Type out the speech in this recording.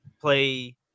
play